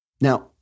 Now